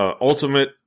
ultimate